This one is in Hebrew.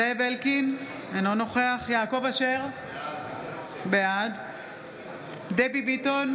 זאב אלקין, אינו נוכח יעקב אשר, בעד דבי ביטון,